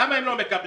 למה הם לא מקבלים?